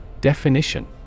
Definition